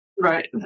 Right